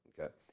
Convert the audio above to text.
okay